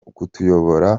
kuko